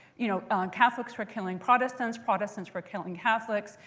you know catholics were killing protestants. protestants were killing catholics.